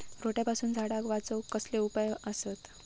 रोट्यापासून झाडाक वाचौक कसले उपाय आसत?